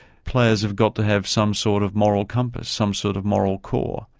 players have got to have some sort of moral compass, some sort of moral core,